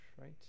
right